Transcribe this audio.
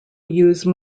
use